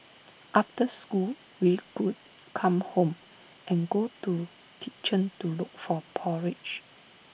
after school we could come home and go to kitchen to look for porridge